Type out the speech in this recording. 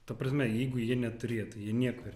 ta prasme jeigu jie neturėtų jie nieko ir